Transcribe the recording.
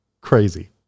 crazy